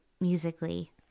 musically